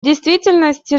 действительности